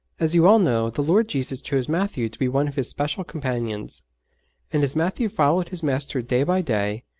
as you all know, the lord jesus chose matthew to be one of his special companions and as matthew followed his master day by day,